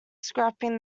scrapping